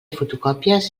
fotocòpies